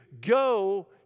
go